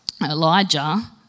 Elijah